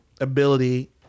ability